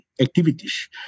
activities